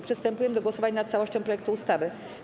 Przystępujemy do głosowania nad całością projektu ustawy.